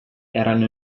erano